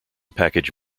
package